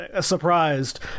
surprised